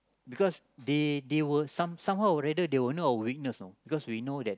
because they they will some somehow or rather they will know our weakness know because we know that